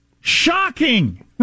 Shocking